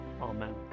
Amen